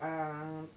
um